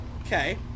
Okay